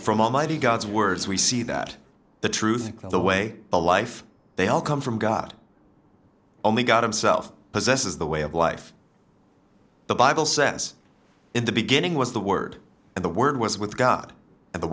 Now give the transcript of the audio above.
from almighty god's words we see that the truth and the way the life they all come from god only god himself possesses the way of life the bible says in the beginning was the word and the word was with god and the